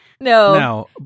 No